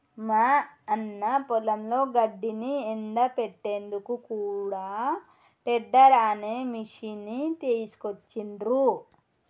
మా అన్న పొలంలో గడ్డిని ఎండపెట్టేందుకు కూడా టెడ్డర్ అనే మిషిని తీసుకొచ్చిండ్రు